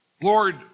Lord